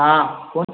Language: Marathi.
हां कोण